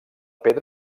pedra